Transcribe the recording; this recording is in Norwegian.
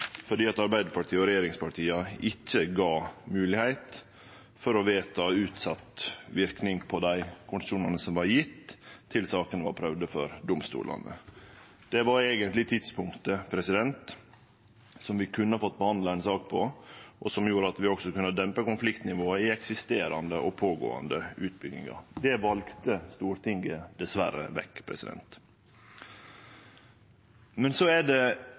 Arbeidarpartiet og regjeringspartia ikkje gav moglegheit for å vedta utsett verknad på dei konsesjonane som var gjevne, til sakene var prøvde for domstolane. Det var eigentleg tidspunktet som vi kunne ha fått behandla ei sak på, og som hadde gjort at vi kunne dempa konfliktnivået i eksisterande og pågåande utbyggingar. Det valde Stortinget dessverre vekk. Men så er det